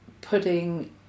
putting